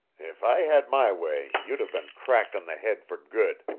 if i had my way, you'd have been cracked on the head for good.